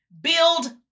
Build